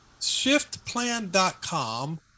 shiftplan.com